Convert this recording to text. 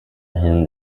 him